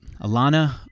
Alana